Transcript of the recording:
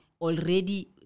already